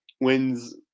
wins